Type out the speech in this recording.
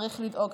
צריך לדאוג.